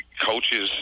coaches –